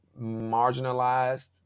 marginalized